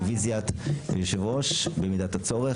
רוויזיית יושב-ראש במידת הצורך.